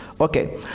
okay